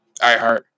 iHeart